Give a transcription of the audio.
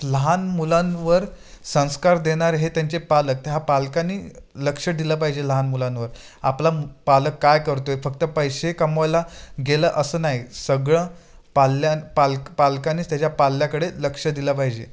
लहान मुलांवर संस्कार देणार हे त्यांचे पालक ह्या पालकांनी लक्ष दिल पाहिजे लहान मुलांवर आपला पालक काय करतोय फक्त पैसे कमवायला गेलं असं नाही सगळं पाल्याने पालक पालकानेच त्याच्या पाल्याकडे लक्ष दिलं पाहिजे